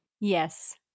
Yes